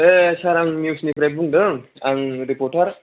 ऐ सार आं निउजनिफ्राय बुंदों आं रिपरतार